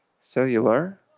Cellular